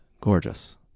Gorgeous